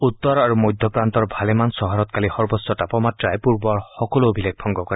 উত্তৰ আৰু মধ্য প্ৰান্তৰ ভালেমান চহৰত কালি সৰ্বোচ্চ তাপমাত্ৰাই পূৰ্বৰ সকলো অভিলেখ ভংগ কৰে